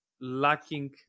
lacking